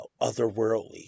otherworldly